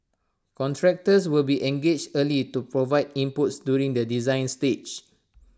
contractors will be engaged early to provide inputs during the design stage